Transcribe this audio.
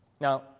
Now